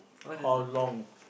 how long